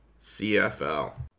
CFL